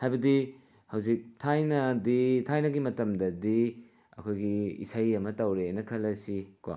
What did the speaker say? ꯍꯥꯏꯕꯗꯤ ꯍꯧꯖꯤꯛ ꯊꯥꯏꯅꯗꯤ ꯊꯥꯏꯅꯒꯤ ꯃꯇꯝꯗꯗꯤ ꯑꯩꯈꯣꯏꯒꯤ ꯏꯁꯩ ꯑꯃ ꯇꯧꯔꯦꯅ ꯈꯜꯂꯁꯤ ꯀꯣ